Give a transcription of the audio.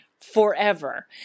forever